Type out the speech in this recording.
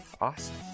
Awesome